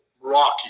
rocky